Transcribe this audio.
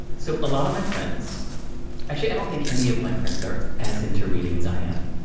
so, a lot of my friends actually, i don't think any of my friends are as into reading as i am.